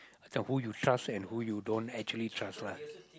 the who you trust and who you don't actually trust lah